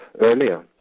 earlier